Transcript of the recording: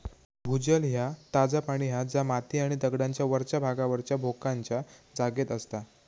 भूजल ह्या ताजा पाणी हा जा माती आणि दगडांच्या वरच्या भागावरच्या भोकांच्या जागेत असता